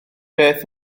beth